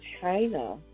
China